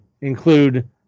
include